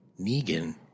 Negan